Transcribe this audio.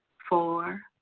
four,